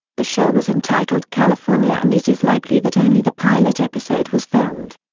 the show was entitled california and it is likely that only the pilot episode was filmed.